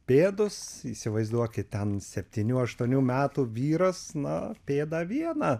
pėdus įsivaizduokit ten septynių aštuonių metų vyras na pėdą vieną